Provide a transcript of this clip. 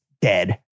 dead